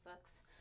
sucks